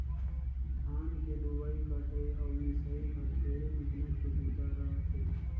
धान के लुवई कटई अउ मिंसई ह ढेरे मेहनत के बूता रह थे